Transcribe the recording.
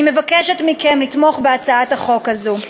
אני מבקשת מכם לתמוך בהצעת החוק הזאת.